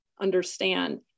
understand